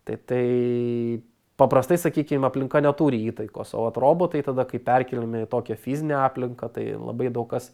tai tai paprastai sakykim aplinka neturi įtaikos o vat robotai tada kai perkeliami į tokią fizinę aplinką tai labai daug kas